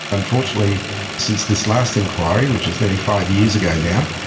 unfortunately since this last inquiry, which was nearly five years ago now,